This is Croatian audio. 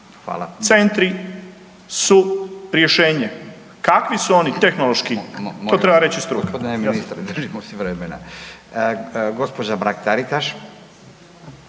Centri su rješenje, kakvi su oni tehnološki to treba reći struka.